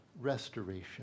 restoration